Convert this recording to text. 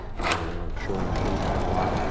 and i'm sure i'm leaving out a lot.